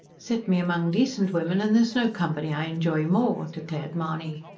set me among decent women and there's no company i enjoy more, declared mahony.